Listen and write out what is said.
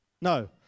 No